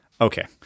Okay